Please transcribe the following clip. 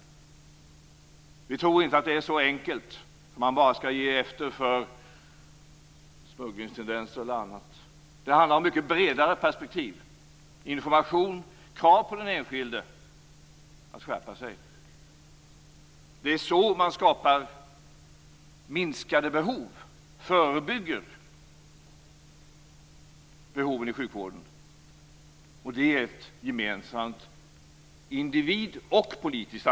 Vi tror inte att det är så enkelt och att man bara skall ge efter för smugglingstendenser och annat. Det handlar om ett mycket bredare perspektiv. Det handlar om information och krav på den enskilde att skärpa sig. Det är så man skapar minskade behov och förebygger behoven i sjukvården. Det är ett gemensamt ansvar för individen och politikerna.